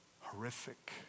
horrific